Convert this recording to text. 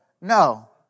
No